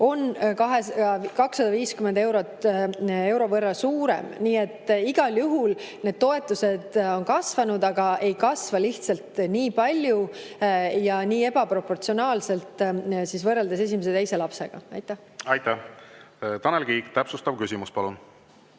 on 250 euro võrra suurem. Nii et igal juhul need toetused on kasvanud, aga ei kasva lihtsalt nii palju ja nii ebaproportsionaalselt võrreldes esimese ja teise lapsega. Aitäh! Tanel Kiik, täpsustav küsimus, palun!